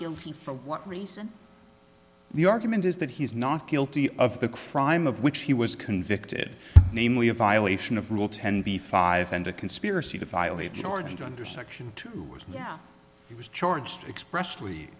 guilty for what reason the argument is that he's not guilty of the crime of which he was convicted namely a violation of rule ten b five and a conspiracy to file a charge under section two where he was charged express